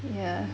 ya